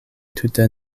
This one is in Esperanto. tute